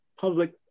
public